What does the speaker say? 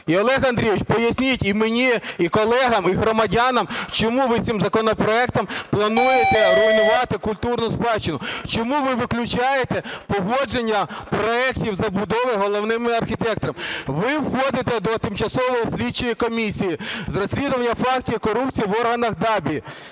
Олег Андрійович, поясніть і мені, і колегам, і громадянам, чому ви цим законопроектом плануєте руйнувати культурну спадщину? Чому ви виключаєте погодження проектів забудови головними архітекторами? Ви входите до Тимчасової слідчої комісії з розслідування фактів корупції в органах ДАБІ.